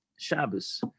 Shabbos